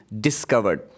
discovered